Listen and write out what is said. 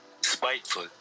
spiteful